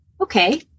okay